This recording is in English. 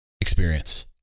experience